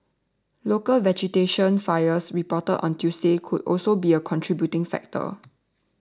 local vegetation fires reported on Tuesday could also be a contributing factor